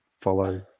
follow